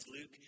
Luke